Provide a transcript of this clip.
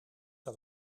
dat